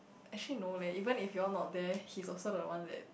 actually no leh even if you all not there he also don't want it